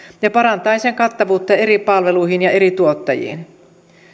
ja parantaen sen kattavuutta eri palveluihin ja eri tuottajiin